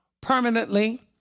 permanently